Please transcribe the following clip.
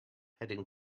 heading